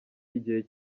igihe